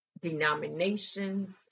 denominations